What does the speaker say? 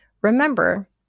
remember